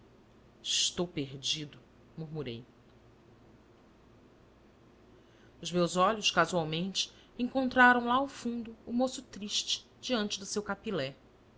estou perdido murmurei os meus olhos casualmente encontraram lá ao fundo o moço triste diante do seu capilé